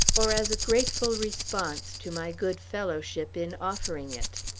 or as a grateful response to my good fellowship in offering it.